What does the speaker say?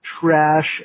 trash